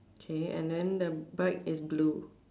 okay and then the bike in blue